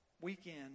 weekend